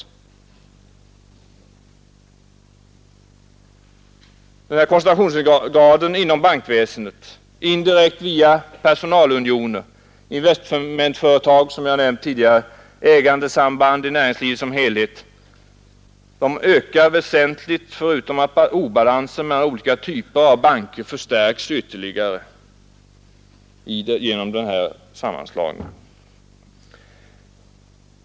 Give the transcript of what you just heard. Och denna koncentrationsgrad — indirekt via 13 personalunioner, investmentföretag och ägandesamband i näringslivet som helhet — ökar väsentligt förutom att obalansen mellan olika typer av banker förstärks ytterligare genom sammanslagningen.